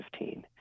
2015